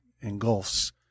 engulfs